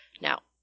Now